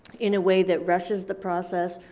in a way that rushes the process,